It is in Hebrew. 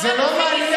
זה לא מעניין,